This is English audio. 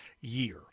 year